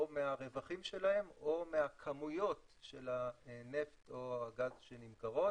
או מהרווחים שלהם או מהכמויות של הנפט או הגז שנמכרות.